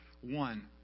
one